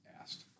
asked